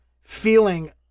feeling